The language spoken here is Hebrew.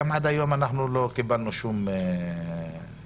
עד היום לא קיבלנו שום תשובה.